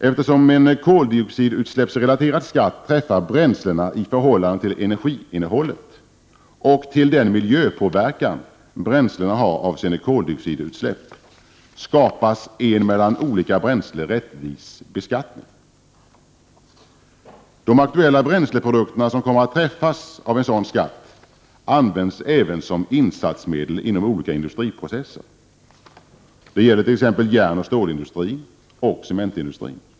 Eftersom en koldioxidutsläppsrelaterad skatt träffar bränslena i förhållande till energiinnehållet och till den miljöpåverkan bränslena har avseende koldioxidutsläpp, skapas en mellan olika bränslen rättvis beskattning. De aktuella bränsleprodukter som kommer att träffas av en sådan skatt används även som insatsmedel inom olika industriprocesser. Det gäller t.ex. järnoch stålindustrin och cementindustrin.